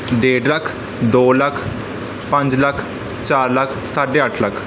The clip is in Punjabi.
ਡੇਢ ਲੱਖ ਦੋ ਲੱਖ ਪੰਜ ਲੱਖ ਚਾਰ ਲੱਖ ਸਾਢੇ ਅੱਠ ਲੱਖ